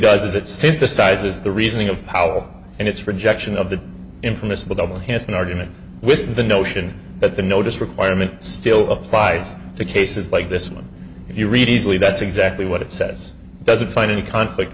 does it synthesizes the reasoning of powell and its rejection of the infamous the double hanson argument with the notion that the notice requirement still applies to cases like this one if you read easily that's exactly what it says doesn't find any conflict